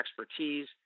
expertise